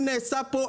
אם נעשה פה,